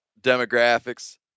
demographics